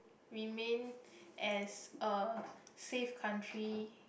remain as a safe country